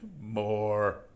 more